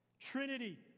Trinity